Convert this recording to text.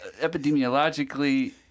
epidemiologically